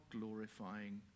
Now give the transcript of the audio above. glorifying